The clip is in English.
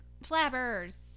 flappers